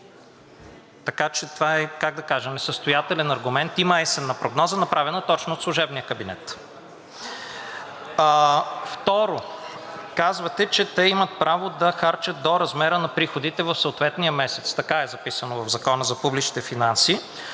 как да кажа, несъстоятелен аргумент. Има есенна прогноза, направена точно от служебния кабинет. Второ, казвате, че те имат право да харчат до размера на приходите в съответния месец. Така е записано в Закона за публичните финанси.